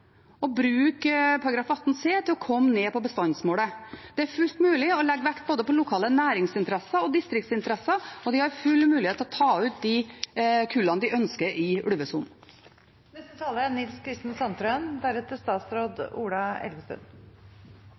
å bruke § 18c for å komme ned på bestandsmålet. Det er fullt mulig å legge vekt på både lokale næringsinteresser og distriktsinteresser, og de har full mulighet til å ta ut de kullene de ønsker i ulvesonen. Arbeiderpartiet vil ha økt verdiskaping på fornybare naturressurser i Norge. Derfor er